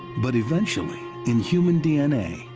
but eventually, in human d n a,